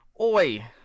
Oi